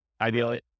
Ideally